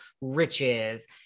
riches